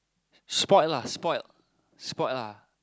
spoiled lah spoiled spoiled lah